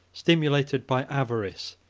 stimulated by avarice,